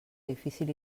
difícil